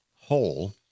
whole